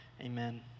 Amen